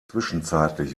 zwischenzeitlich